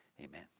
amen